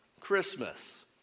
Christmas